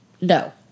no